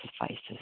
suffices